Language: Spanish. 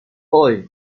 hoy